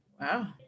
Wow